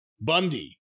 Bundy